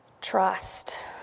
trust